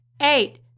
Eight